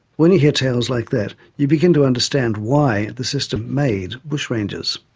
when you hear tales like that, you begin to understand why the system made bushrangers.